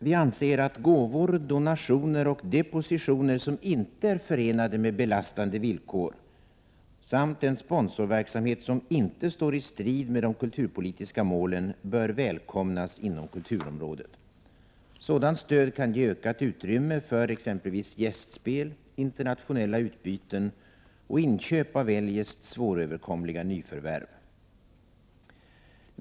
Vi anser att gåvor, donationer och depositioner som inte är förenade med belastande villkor samt en sponsorverksamhet som inte står i strid med de kulturpolitiska målen bör välkomnas inom kulturområdet. Sådant stöd kan ge ökat utrymme för exempelvis gästspel, internationella utbyten och inköp av eljest svåröverkomliga nyförvärv.